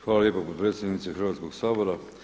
Hvala lijepa potpredsjednice Hrvatskog sabora.